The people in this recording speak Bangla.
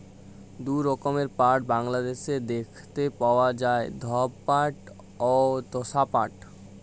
দু রকমের পাট বাংলাদ্যাশে দ্যাইখতে পাউয়া যায়, ধব পাট অ তসা পাট